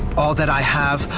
all that i have,